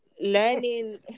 learning